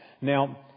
Now